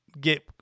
get